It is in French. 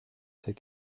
ses